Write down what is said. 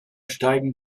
steigen